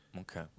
Okay